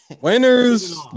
Winners